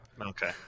Okay